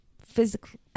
physically